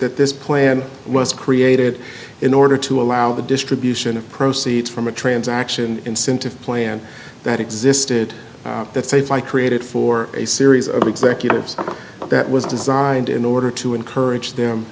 that this plan was created in order to allow the distribution of proceeds from a transaction incentive plan that existed that safe i created for a series of executives that was designed in order to encourage them